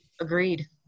Agreed